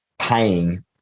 paying